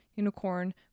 Unicorn